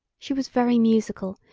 she was very musical,